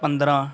ਪੰਦਰਾਂ